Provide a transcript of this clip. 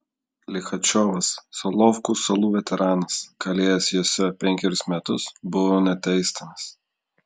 lichačiovas solovkų salų veteranas kalėjęs jose penkerius metus buvo neteistinas